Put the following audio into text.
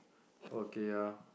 okay ya